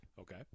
Okay